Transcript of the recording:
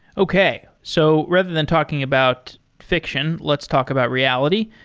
okay. so rather than talking about fiction, let's talk about reality.